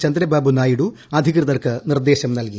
ചന്ദ്രബാബു നായിഡു അധികൃതർക്ക് നിർദ്ദേശം നൽകി